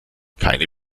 keine